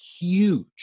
huge